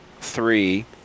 Three